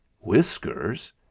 Whiskers